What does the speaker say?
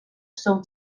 són